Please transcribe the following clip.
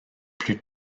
plus